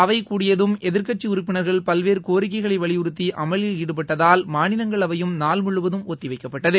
அவை கூடியதும் எதிர்க்கட்சி உறுப்பினர்கள் பல்வேறு கோரிக்கைகளை வலியுறுத்தி அமளியில் ாடுபட்டதால் மாநிலங்களவையும் நாள் முழுவதும் ஒத்தி வைக்கப்பட்டது